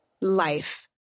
life